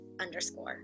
underscore